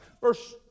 Verse